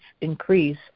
increase